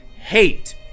hate